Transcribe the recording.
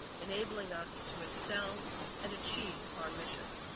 enabling us to excel and achieve our mission.